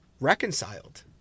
reconciled